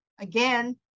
again